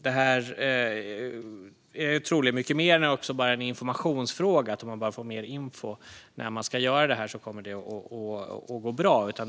Detta är dessutom troligen mycket mer än bara en informationsfråga, det vill säga att det kommer att gå bra bara människor får mer info när de ska göra detta.